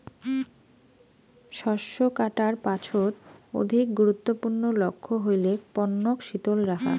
শস্য কাটার পাছত অধিক গুরুত্বপূর্ণ লক্ষ্য হইলেক পণ্যক শীতল রাখা